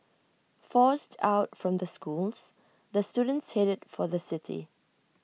forced out from the schools the students headed for the city